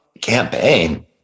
campaign